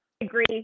agree